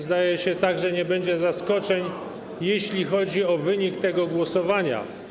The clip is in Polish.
Zdaje się także, że nie będzie zaskoczeń, jeśli chodzi o wynik tego głosowania.